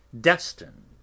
destined